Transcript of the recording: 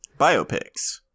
Biopics